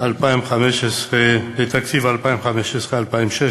להשגת יעדי התקציב לשנות התקציב 2015 ו-2016),